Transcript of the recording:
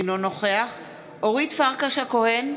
אינו נוכח אורית פרקש הכהן,